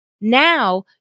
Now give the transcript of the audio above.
Now